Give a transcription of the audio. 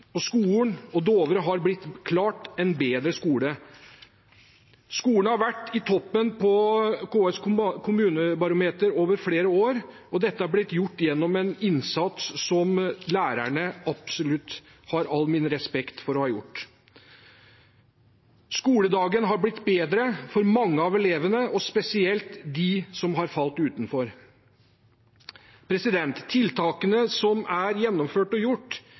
og skolen på Dovre har blitt klart bedre. Skolen har vært i toppen på KS’ kommunebarometer over flere år, og dette har blitt gjort gjennom en innsats som lærerne absolutt har all min respekt for. Skoledagen har blitt bedre for mange av elevene og spesielt dem som har falt utenfor. Tiltakene som er gjennomført,